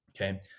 okay